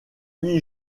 huit